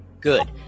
Good